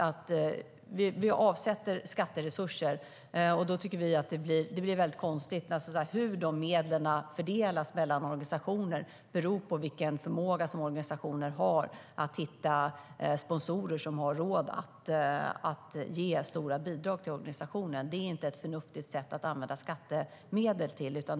Vi avsätter skatteresurser. Det blir väldigt konstigt om hur de medlen fördelas mellan organisationer beror på vilken förmåga som organisationer har att hitta sponsorer som har råd att ge stora bidrag till organisationen. Det är inte ett förnuftigt sätt att använda skattemedel.